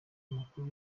amakuru